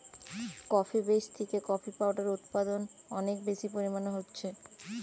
coffee বীজ থিকে coffee powder উদপাদন অনেক বেশি পরিমাণে হচ্ছে